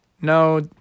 no